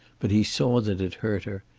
but he saw that it hurt her,